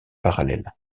parallèles